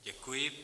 Děkuji.